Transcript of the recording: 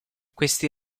questi